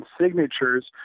signatures